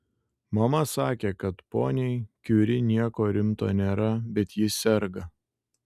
mama sakė kad poniai kiuri nieko rimto nėra bet ji serga